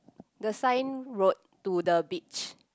the sign wrote to the beach